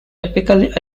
typically